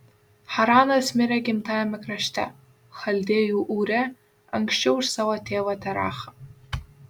haranas mirė gimtajame krašte chaldėjų ūre anksčiau už savo tėvą terachą